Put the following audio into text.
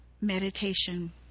meditation